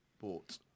bought